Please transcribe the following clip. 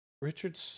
Richard